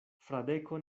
fradeko